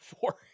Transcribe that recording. four